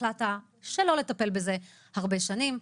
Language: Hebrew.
והחלטת שלא לטפל בזה הרבה שנים.